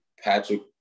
Patrick